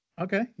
Okay